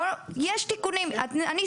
אפשר לתקן,